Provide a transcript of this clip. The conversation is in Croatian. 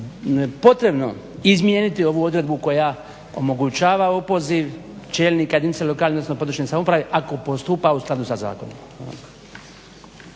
potrebno izmijeniti ovu odredbu koja omogućava opoziv čelnika jedinice lokalne, odnosno područne samouprave ako postupa u skladu sa zakonom.